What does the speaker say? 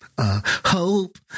Hope